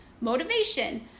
motivation